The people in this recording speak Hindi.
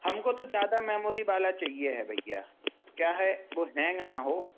हमको तो ज़्यादा मेमोरी वाला चाहिए है भैया क्या है वो हैंग ना हो